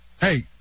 Hey